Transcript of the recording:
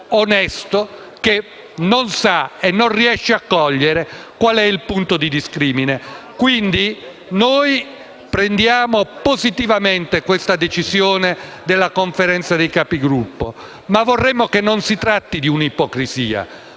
onesto, che non sa e non riesce a cogliere qual è il punto di discrimine. Noi, quindi, accogliamo positivamente la decisione della Conferenza dei Capigruppo, ma vorremmo che non si trattasse di un'ipocrisia.